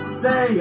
say